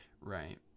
right